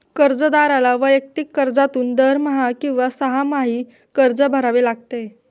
कर्जदाराला वैयक्तिक कर्जातून दरमहा किंवा सहामाही कर्ज भरावे लागते